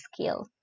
skill